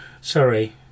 Sorry